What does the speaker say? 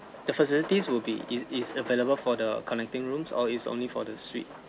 the facilities will be it is available for the connecting rooms or it's only for the suite